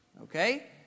Okay